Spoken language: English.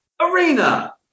Arena